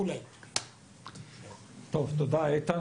תודה, איתן.